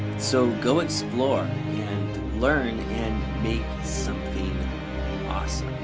so go explore yeah and learn and make something awesome.